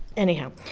anyhow.